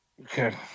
Okay